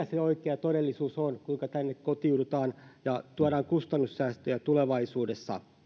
se oikea todellisuus on kuinka tänne kotiudutaan ja tuodaan kustannussäästöjä tulevaisuudessa